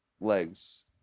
legs